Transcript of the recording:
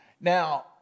Now